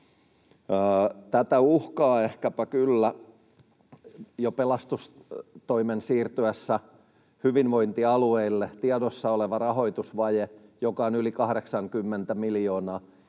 Tätä ehkäpä uhkaa kyllä pelastustoimen siirtyessä hyvinvointialueille jo tiedossa oleva rahoitusvaje, joka on yli 80 miljoonaa.